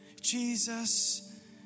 Jesus